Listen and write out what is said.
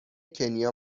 کنیا